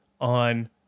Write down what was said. on